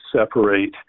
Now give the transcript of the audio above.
separate